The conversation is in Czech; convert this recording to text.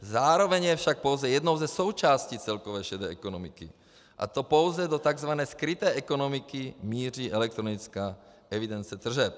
Zároveň je však pouze jednou ze součástí celkové šedé ekonomiky, a to pouze do takzvané skryté ekonomiky míří elektronická evidence tržeb.